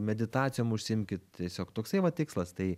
meditacijom užsiimkit tiesiog toksai va tikslas tai